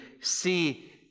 see